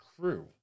crew